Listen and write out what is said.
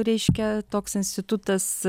reiškia toks institutas